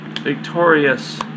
Victorious